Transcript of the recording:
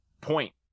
point